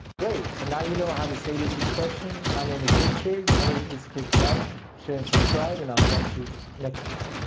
great. so now you know how to say this expression. my name is richard. remember to please click like, share, and subscribe and i'll catch you next time.